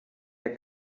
der